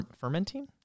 Fermenting